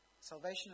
Salvation